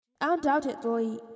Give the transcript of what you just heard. Undoubtedly